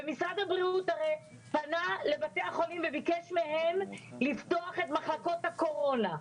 ומשרד הבריאות הרי פנה לבתי החולים וביקש מהם לפתוח את מחלקות הקורונה.